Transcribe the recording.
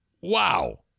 Wow